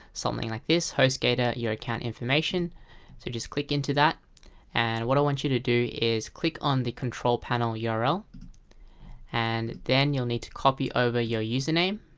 something like this hostgator your account information so just click into that and what i want you to do is click on the control panel yeah url and then you'll need to copy over your username.